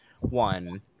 one